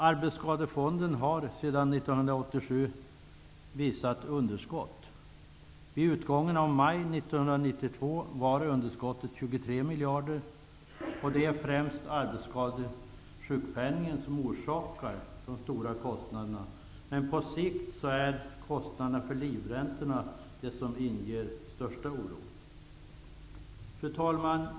Arbetsskadefonden har sedan 1987 visat underskott. Vid utgången av maj 1992 var underskottet 23 miljarder. Det är främst arbetsskadesjukpenningen som orsakat de stora kostnaderna, men på sikt är det kostnaderna för livräntorna som inger den största oron. Fru talman!